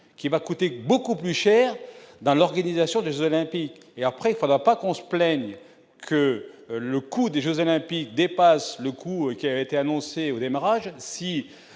qui va coûter beaucoup plus cher dans l'organisation des Olympiques et après il faudra pas qu'on se plaigne que le coût des Jeux olympiques dépasse le coût qui a été annoncé au démarrage